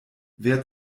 wer